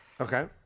Okay